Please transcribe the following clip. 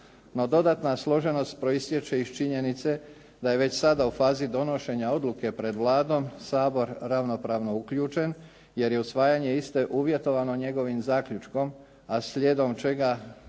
dodatna složenost proistječe iz činjenice da je već sada u fazi donošenja odluke pred Vladom Sabor ravnopravno uključen jer je usvajanje iste uvjetovano njegovim zaključkom, a slijedom čega